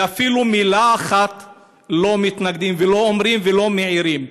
ואפילו במילה אחת לא מתנגדים ולא אומרים ולא מעירים,